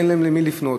ואין להם למי לפנות.